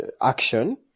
action